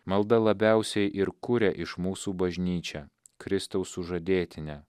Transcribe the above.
malda labiausiai ir kuria iš mūsų bažnyčią kristaus sužadėtinę